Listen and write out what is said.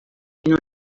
non